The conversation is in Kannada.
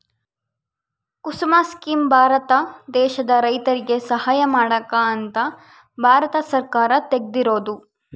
ಕುಸುಮ ಸ್ಕೀಮ್ ಭಾರತ ದೇಶದ ರೈತರಿಗೆ ಸಹಾಯ ಮಾಡಕ ಅಂತ ಭಾರತ ಸರ್ಕಾರ ತೆಗ್ದಿರೊದು